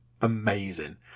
Amazing